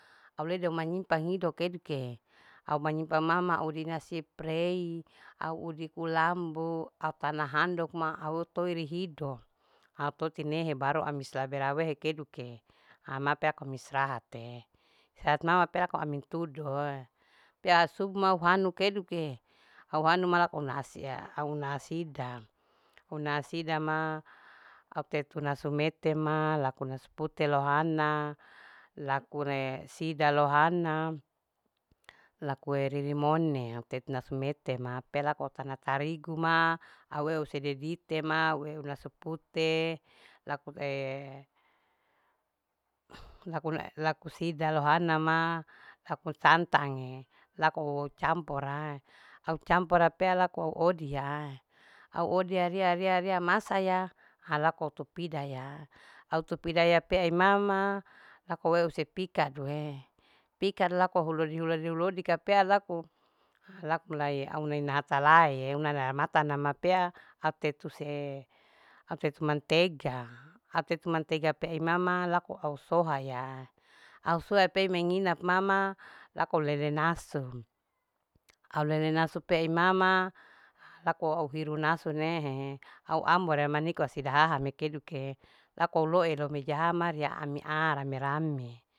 Au ledo manyimpang hidokeduke au manyimpang mama ina siprei au udi kulambu au tana handok ma atu rohiri hido au totinehe baru ami silaber auwehe keduke ama pea laku ami istirahate. istirahatimama pea laku tudoe pea subu ma auhanu keduke au hanu ma lakuna hasia au una asida. au una asida ma au tetu nasumetema laku nasu pute lohana lakuwe sida lohana lakuwe ririmone laku nasumete pea laku autana tarigu ma aueu sededitema au eu nasupute lakue laku laku sida lohana laku santange laku au campor rae au campor rapea au au odiae au odia ria. ria. ria masaya ha laku autou pidaya au tupida yapeamama laku au eu hise pikadue pikar laku au lodika. lodika. lodika laku. lakue au una hatalae au una inamatanama pea au tetu se au tetu mantega au tetu mantega pe ey mama laku au sohaya. au sohay pe menginap mama laku au lelenasu au lele nasu pea imama laku au hiru nasu nehe au ambore maniko asida haha mama keduke laku au loiya ama mejahaha ma ria amia rame rame